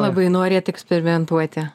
labai norėt eksperimentuoti